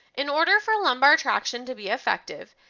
in order for lumbar traction to be effective,